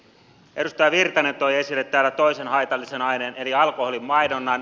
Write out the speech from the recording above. edustaja virtanen toi esille täällä toisen haitallisen aineen eli alkoholin mainonnan